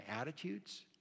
attitudes